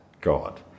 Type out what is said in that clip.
God